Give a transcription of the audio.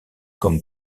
comme